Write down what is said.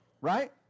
Right